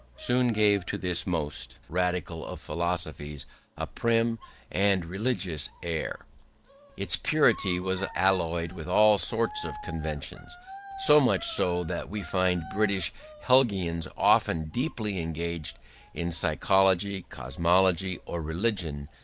soon gave to this most radical of philosophies a prim and religious air its purity was alloyed with all sorts of conventions so much so that we find british hegelians often deeply engaged in psychology, cosmology, or religion,